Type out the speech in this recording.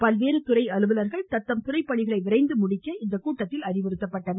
பல்வேறு துறை அலுவலர்களும் தத்தம் துறை பணிகளை விரைந்து முடிக்க அறிவுறுத்தப்பட்டனர்